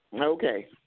Okay